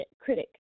critic